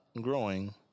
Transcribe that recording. growing